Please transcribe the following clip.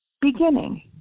beginning